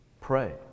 Pray